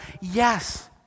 Yes